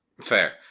Fair